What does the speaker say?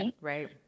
Right